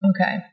Okay